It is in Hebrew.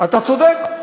אתה צודק.